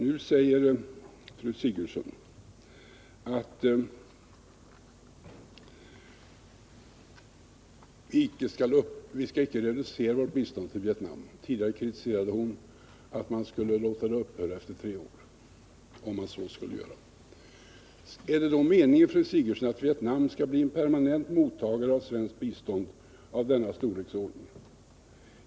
Nu säger fru Sigurdsen att vi icke skall reducera vårt bistånd till Vietnam. Tidigare kritiserade hon att man skulle låta det upphöra efter tre år — om nu så skulle ske. Är det meningen, fru Sigurdsen, att Vietnam skall bli en permanent mottagare av svenskt bistånd av denna storleksordning?